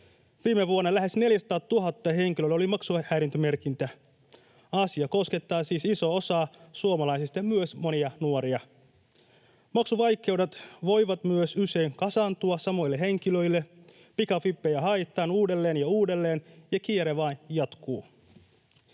Viime vuonna lähes 400 000 henkilöllä oli maksuhäiriömerkintä. Asia koskettaa siis isoa osaa suomalaisista, myös monia nuoria. Maksuvaikeudet voivat usein myös kasaantua samoille henkilöille. Pikavippejä haetaan uudelleen ja uudelleen, ja kierre vain jatkuu.